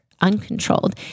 uncontrolled